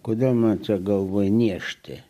kodėl man čia galvoje niežti